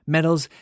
Medals